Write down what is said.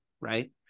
Right